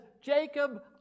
Jacob